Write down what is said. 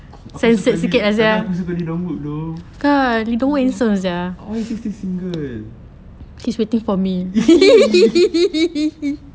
aku suka tapi aku suka lee dong wook !duh! but why he's still single !ee!